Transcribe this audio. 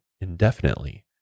indefinitely